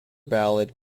ballad